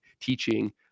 teaching